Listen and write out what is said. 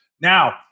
Now